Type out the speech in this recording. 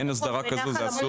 אין הסדרה כזו, זה אסור.